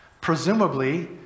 Presumably